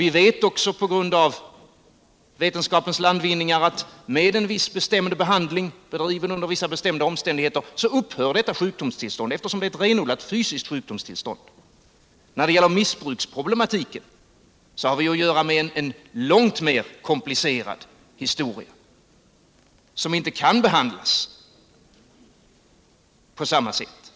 Vi vet också genom vetenskapens landvinningar att med en viss bestämd behandling, bedriven under vissa bestämda omständigheter, upphör detta sjukdomstillstånd, eftersom det är ett renodlat fysiskt sjukdomstillstånd. När det gäller missbruksproblematiken har vi att göra med en långt mer komplicerad historia som inte kan behandlas på samma sätt.